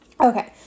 Okay